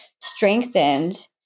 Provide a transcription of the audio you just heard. strengthened